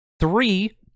Three